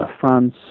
France